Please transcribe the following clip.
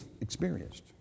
experienced